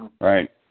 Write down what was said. Right